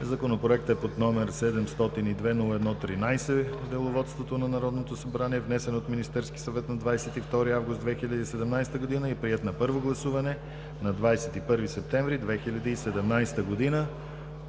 Законопроектът е под № 702-01-13 в Деловодството на Народното събрание, внесен е от Министерския съвет на 22 август 2017 г. и е приет на първо гласуване на 21 септември 2017 г.